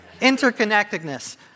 interconnectedness